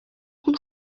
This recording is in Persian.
اون